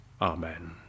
Amen